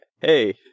hey